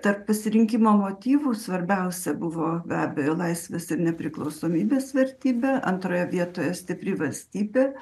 tarp pasirinkimo motyvų svarbiausia buvo be abejo laisvės ir nepriklausomybės vertybė antroje vietoje stipri valstybė